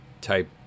type